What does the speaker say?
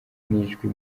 n’ijwi